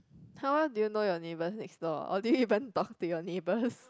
how well do you know your neighbours next door or do you even talk to your neighbours